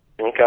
Okay